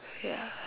ya